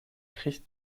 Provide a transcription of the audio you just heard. christ